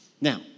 Now